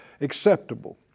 acceptable